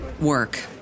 work